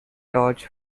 torch